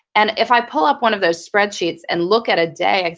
and if i pull up one of those spreadsheets and look at a day, i